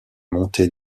montée